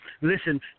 Listen